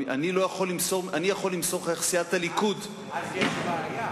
אני יכול למסור לך איך סיעת הליכוד, אז יש בעיה.